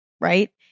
right